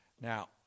Now